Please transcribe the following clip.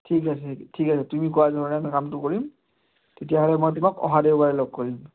ঠিক আছে ঠিক আছে তুমি কোৱা ধৰণে কামটো কৰিম তেতিয়াহ'লে মই তোমাক অহা দেওবাৰে লগ কৰিম